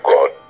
God